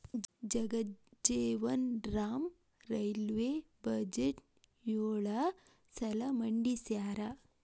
Jagjivan Ram railway ಬಜೆಟ್ನ ಯೊಳ ಸಲ ಮಂಡಿಸ್ಯಾರ